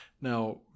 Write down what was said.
Now